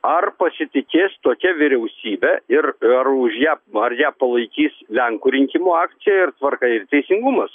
ar pasitikės tokia vyriausybe ir ar už ją ar ją palaikys lenkų rinkimų akcija ir tvarka ir teisingumas